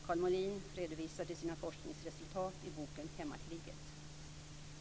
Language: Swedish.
Karl Molin redovisade sina forskningsresultat i boken Hemmakriget.